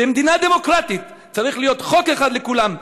"במדינה דמוקרטית צריך להיות חוק אחד לכולם,